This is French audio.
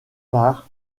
par